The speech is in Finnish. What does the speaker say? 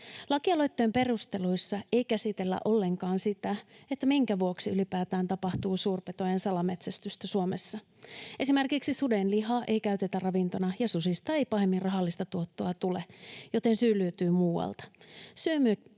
Lakialoitteen perusteluissa ei käsitellä ollenkaan sitä, minkä vuoksi ylipäätään tapahtuu suurpetojen salametsästystä Suomessa. Esimerkiksi suden lihaa ei käytetä ravintona, ja susista ei pahemmin rahallista tuottoa tule, joten syy löytyy muualta.